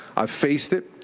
i've faced it.